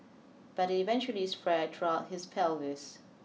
but it eventually spread throughout his pelvis